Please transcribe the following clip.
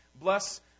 Bless